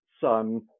son